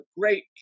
great